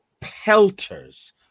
pelters